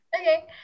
Okay